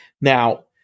now